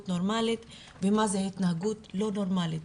נורמלית ומה זו התנהגות לא נורמלית.